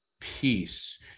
peace